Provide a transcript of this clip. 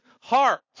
heart